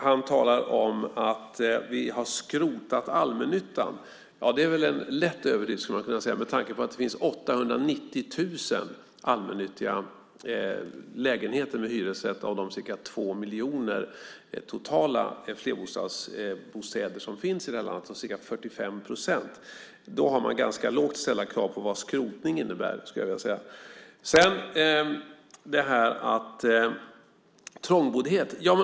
Han talar om att vi har skrotat allmännyttan. Det är en lätt överdrift, med tanke på att det finns 890 000 allmännyttiga lägenheter med hyresrätt av de totalt ca 2 miljoner lägenheter som finns i landet, ca 45 procent. Då har man ganska lågt ställda krav på vad skrotning innebär. Sedan var det trångboddhet.